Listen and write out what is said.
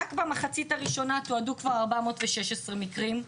רק במחצית הראשונה תועדו כבר 416 מקרים.